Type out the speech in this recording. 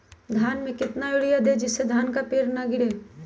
धान में कितना यूरिया दे जिससे धान का पेड़ ना गिरे?